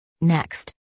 Next